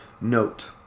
Note